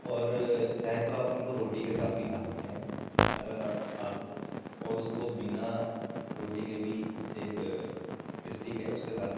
اور چاہیں تو آپ اُن کو روٹی کے ساتھ بھی کھا سکتے ہیں اگر آپ اور اُس کو بنا روٹی کے بھی ایک اِسٹک ہے اُس کے ساتھ